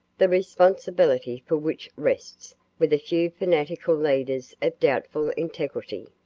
the responsibility for which rests with a few fanatical leaders of doubtful integrity.